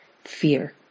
fear